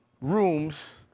rooms